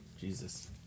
Jesus